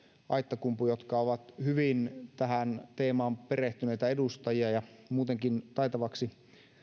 aittakumpu jotka ovat hyvin tähän teemaan perehtyneitä edustajia ja muutenkin taitavaksi